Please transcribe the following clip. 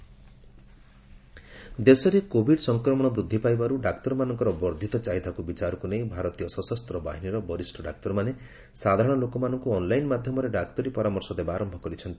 AFMS Sanjeevani ଦେଶରେ Covid ସଂକ୍ରମଣ ବୃଦ୍ଧି ପାଇବାରୁ ଡାକ୍ତରମାନଙ୍କର ବର୍ଦ୍ଧିତ ଚାହିଦାକୁ ବିଚାରକୁ ନେଇ ଭାରତୀୟ ସଶସ୍ତ ବାହିନୀର ବରିଷ୍ଣ ଡାକ୍ତରମାନେ ସାଧାରଣ ଲୋକମାନଙ୍କୁ ଅନ୍ଲାଇନ୍ ମାଧ୍ୟମରେ ଡାକ୍ତରୀ ପରାମର୍ଶ ଦେବା ଆରମ୍ଭ କରିଛନ୍ତି